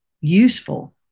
useful